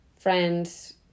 friends